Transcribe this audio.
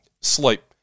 sleep